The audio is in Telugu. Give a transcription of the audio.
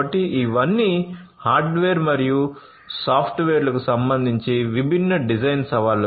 కాబట్టి ఇవన్నీ హార్డ్వేర్ మరియు సాఫ్ట్వేర్లకు సంబంధించి విభిన్న డిజైన్ సవాళ్లు